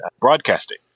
broadcasting